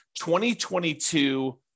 2022